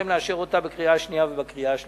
אבקשכם לאשר אותה בקריאה השנייה ובקריאה השלישית.